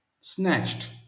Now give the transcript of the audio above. snatched